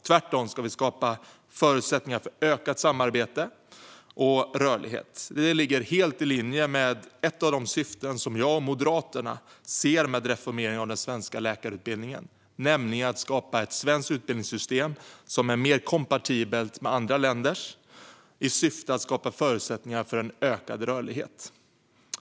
Tvärtom ska vi skapa förutsättningar för ökat samarbete och rörlighet. Det ligger helt i linje med ett av de syften som jag och Moderaterna ser med reformeringen av den svenska läkarutbildningen, nämligen att skapa ett svenskt utbildningssystem som är mer kompatibelt med andra länders i syfte att skapa förutsättningar för ökad rörlighet.